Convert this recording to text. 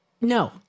no